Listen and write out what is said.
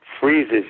freezes